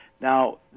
Now